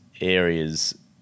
areas